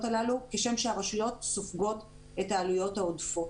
הללו כשם שהרשויות סופגות את העלויות העודפות.